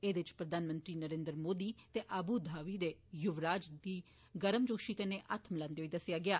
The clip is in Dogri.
एह्दे इच प्रधानमंत्री नरेन्द्र मोदी ते आबूधाबी दे युवराज गी गर्मजोशी कन्नै हत्थ मलान्दे होई दस्सेआ गेआ